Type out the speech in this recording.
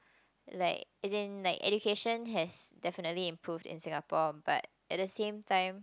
like as in like education has definitely improve in Singapore but at the same time